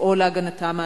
לפעול להגנתם העצמית.